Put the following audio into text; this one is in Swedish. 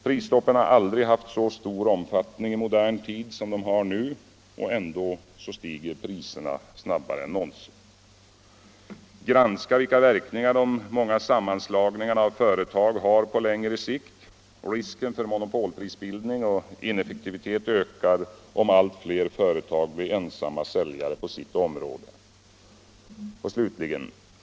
Prisstoppen har aldrig haft så stor omfattning i modern tid som de har nu — och ändå stiger priserna snabbare än någonsin. Granska vilka verkningar de många sammanslagningarna av företag har på längre sikt. Risken för monopolprisbildning och ineffektivitet ökar om allt fler företag blir ensamma säljare på sitt område.